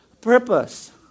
purpose